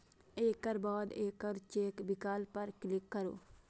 एकर बाद एकल चेक विकल्प पर क्लिक करू